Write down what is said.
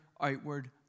outward